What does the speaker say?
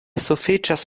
sufiĉas